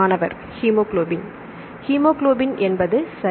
மாணவர் haemoglobin haemoglobin என்பது சரி